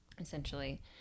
essentially